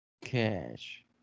Cash